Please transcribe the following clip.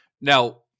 Now